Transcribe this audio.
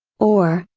or,